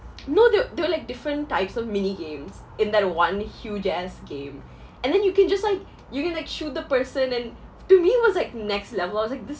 no there were there were like different types of mini games in that one huge ass game and then you can just like you can like shoot the person and to me it was like next level I was like this